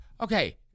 okay